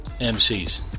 MC's